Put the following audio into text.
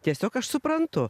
tiesiog aš suprantu